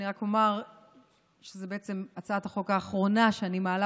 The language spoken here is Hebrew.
אני רק אומר שזו הצעת החוק האחרונה שאני מעלה